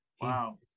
Wow